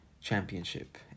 championship